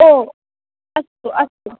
ओ अस्तु अस्तु